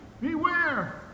beware